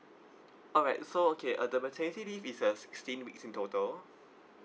alright so okay uh the maternity leave is uh sixteen weeks in total